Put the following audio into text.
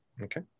okay